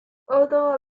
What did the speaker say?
although